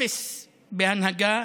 אפס בהנהגה.